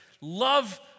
love